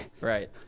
Right